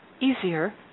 easier